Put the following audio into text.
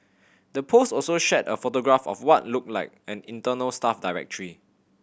the post also shared a photograph of what looked like an internal staff directory